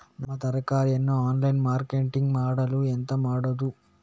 ನಮ್ಮ ತರಕಾರಿಯನ್ನು online marketing ಮಾಡಲು ಎಂತ ಮಾಡುದು?